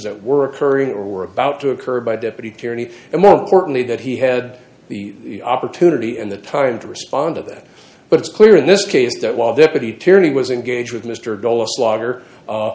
that were occurring or were about to occur by deputy cairney and more importantly that he had the opportunity and the time to respond to that but it's clear in this case that while deputy tierney was engaged with mr dull